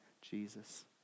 Jesus